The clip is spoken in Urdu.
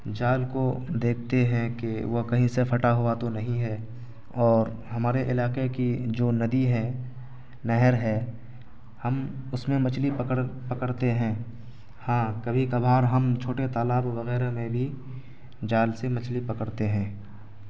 جال کو دیکھتے ہیں کہ وہ کہیں سے پھٹا ہوا تو نہیں ہے اور ہمارے علاقے کی جو ندی ہے نہر ہے ہم اس میں مچھلی پکڑ پکڑتے ہیں ہاں کبھی کبھار ہم چھوٹے تالاب وغیرہ میں بھی جال سے مچھلی پکڑتے ہیں